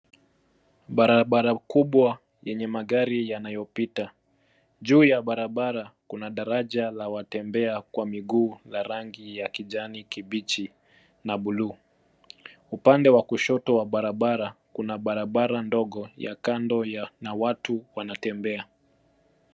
Barabara kubwa yenye magari yanayopita. Juu ya barabara kuna daraja la watembea kwa miguu la rangi ya kijani kibichi na bluu. Upande wa kushoto wa barabara kuna barabara kando na watu wanatembea.